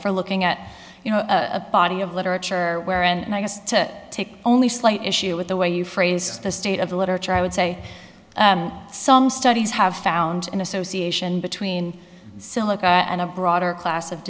for looking at you know a body of literature where and i guess to take only slight issue with the way you phrase the state of the literature i would say some studies have found an association between silica and a broader class of